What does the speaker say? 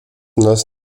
нас